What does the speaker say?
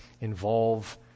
involve